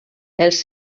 els